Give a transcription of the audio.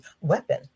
weapon